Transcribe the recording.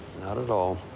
not at all.